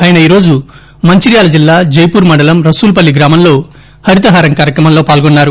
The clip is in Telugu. ఆయన ఈరోజు మంచిర్యాల జిల్లా జైపూర్ మండలం రసూల్ పల్లి గ్రామంలో హరితహారం కార్యక్రమంలో పాల్గొన్నారు